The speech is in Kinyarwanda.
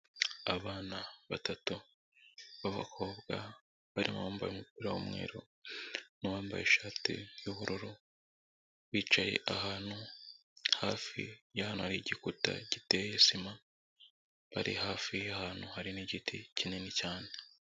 Abana batatu b'abakobwa, barimo uwambaye umupira w'umweru n'uwambaye ishati y'ubururu, bicaye ahantu hafi y'ahantu hari igikuta giteye sima, bari hafi y'ahantu hari n'igiti kinini cyane.